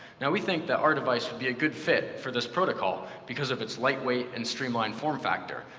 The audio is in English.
now we think that our device would be a good fit for this protocol because of its lightweight and streamlined form factor.